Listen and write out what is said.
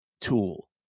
tool